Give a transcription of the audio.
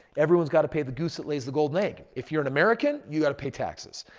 everyone's got to pay the goose that lays the golden egg. if you're an american, you got to pay taxes.